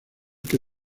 que